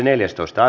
asia